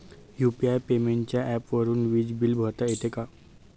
UPI पेमेंटच्या ऍपवरुन वीज बिल भरता येते का?